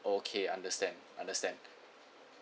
okay understand understand